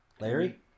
Larry